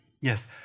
Yes